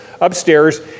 upstairs